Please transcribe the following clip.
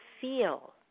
feel